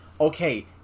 okay